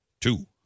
two